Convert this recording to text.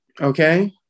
okay